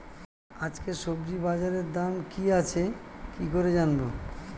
আজকে সবজি বাজারে দাম কি আছে কি করে জানবো?